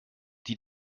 die